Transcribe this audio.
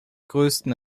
größten